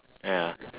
ya ya